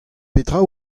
petra